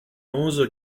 onze